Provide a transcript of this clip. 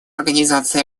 организации